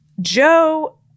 Joe